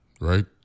right